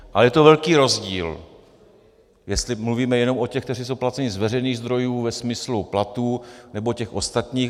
Ale je to velký rozdíl, jestli mluvíme jenom o těch, kteří jsou placeni z veřejných zdrojů ve smyslu platů, nebo těch ostatních.